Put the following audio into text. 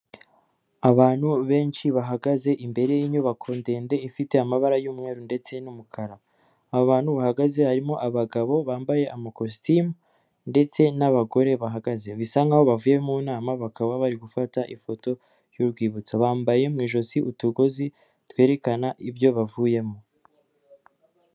Abantu benshi bahagaze imbere y'inyubako ndende ifite amabara y'umweru ndetse n'umukara, abantu bahagaze harimo abagabo bambaye amakositimu ndetse n'abagore bahagaze. Bisa nkaho bavuye mu nama bakaba bari gufata ifoto y'urwibutso, bambaye mu ijosi utugozi twerekana ibyo bavuyemo.